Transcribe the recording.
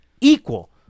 equal